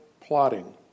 plotting